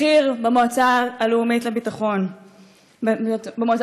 בכיר במועצה הלאומית לביטחון לאומי,